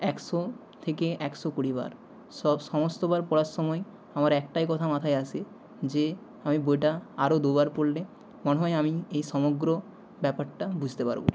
একশো থেকে একশো কুড়ি বার সব সমস্তবার পড়ার সময় আমার একটাই কথা মাথায় আসে যে আমি বইটা আরো দু বার পড়লে মনে হয় আমি এই সমগ্র ব্যাপারটা বুঝতে পারবো